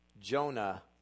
Jonah